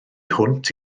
hwnt